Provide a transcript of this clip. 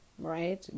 right